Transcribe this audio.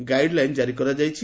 guide line ଜାରି କରକରାଯାଇଛି